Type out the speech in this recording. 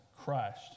crushed